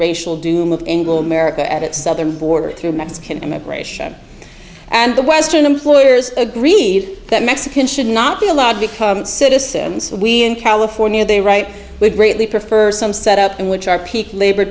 racial doom of angle america at its southern border through mexican immigration and the western employers agreed that mexican should not be allowed become citizens in california they write with greatly prefer some set up in which our peak labor